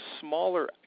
smaller